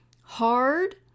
hard